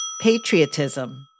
patriotism